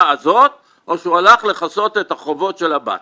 הזאת או שהוא הלך לכסות את החובות של הבת.